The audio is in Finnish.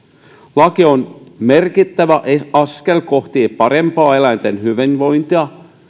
laki on merkittävä askel kohti parempaa eläinten hyvinvointia